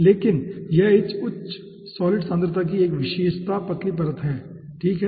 लेकिन यह इस उच्च सॉलिड सांद्रता की एक विशेषता पतली परत है ठीक है